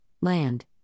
land